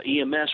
EMS